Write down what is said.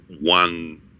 one